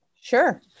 Sure